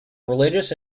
religious